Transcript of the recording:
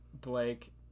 Blake